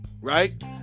right